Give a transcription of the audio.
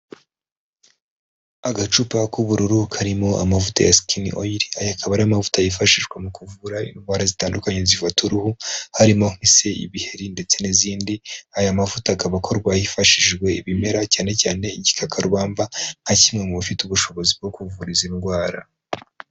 Agacupa k'ubururu karimo amavuta ya skin oil, aya akaba ari amavuta yifashishwa mu kuvura indwara zitandukanye zifata uruhu harimo nk’ise, ibiheri ndetse n'izindi, aya mavuta akaba akorwa hifashishijwe ibimera cyane cyane igikakarubamba nka kimwe mu bifite ubushobozi bwo kuvura izi ndwara.